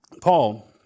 Paul